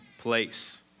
place